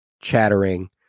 chattering